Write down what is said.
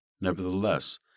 nevertheless